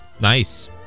Nice